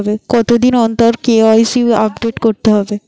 কতদিন অন্তর KYC update করতে হবে?